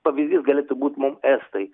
pavyzdys galėtų būt mum estai